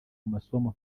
masomo